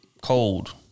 cold